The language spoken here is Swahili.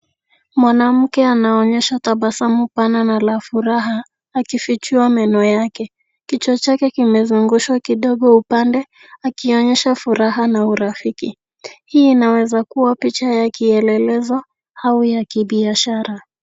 Mwanamke anaonyesha tabasamu pana na la furaha, akifichua meno yake. Kichwa chake kimezungushwa kidogo upande akionyesha furaha na urafiki. Hii inaweza kuwa picha ya kielelezo au ya kibiashara.